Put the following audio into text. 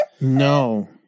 No